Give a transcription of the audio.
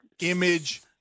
image